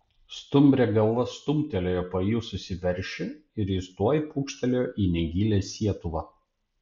stumbrė galva stumtelėjo pailsusį veršį ir jis tuoj pūkštelėjo į negilią sietuvą